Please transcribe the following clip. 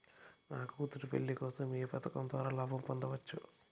నా కూతురు పెళ్లి కోసం ఏ పథకం ద్వారా లాభం పొందవచ్చు?